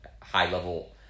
high-level